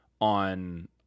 on